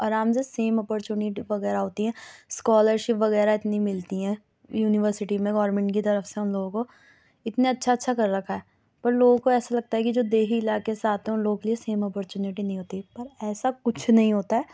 آرام سے same opportunity وغیرہ ہوتی ہے اسکالر شپ وغیرہ اتنی ملتی ہیں یونیورسٹی میں گورنمنٹ كی طرف سے اُن لوگوں كو اتنا اچھا اچھا کر رکھا ہے پر لوگوں کو ایسا لگتا ہے کہ جو دیہی علاکے سے آتے ہیں اُن كے لیے سیم اپورچونیٹی نہیں ہوتی ہے پر ایسا کچھ نہیں ہوتا ہے